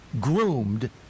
groomed